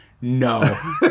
No